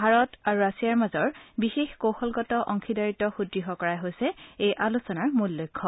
ভাৰত ৰাছিয়াৰ মাজৰ বিশেষ কৌশলগত অংশীদাৰিত্ব সুদঢ় কৰাই হৈছে এই আলোচনাৰ মূল লক্ষ্য